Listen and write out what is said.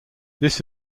this